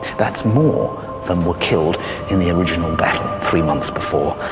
that's more than were killed in the original battle, three months before,